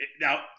now